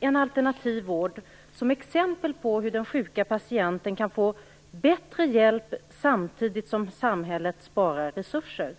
en alternativ vård som exempel på hur den sjuka patienten kan få bättre hjälp samtidigt som samhället sparar resurser.